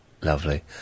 Lovely